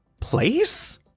place